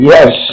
Yes